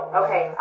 okay